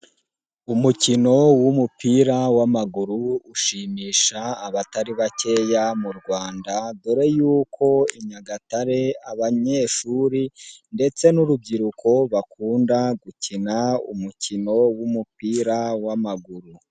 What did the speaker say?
Umukino w'umupira w'amaguru ushimisha abatari bakeya mu Rwanda do yuko i Nyagatare abanyeshuri ndetse n'urubyiruko bakunda gukina umukino w'umupira w'amaguru.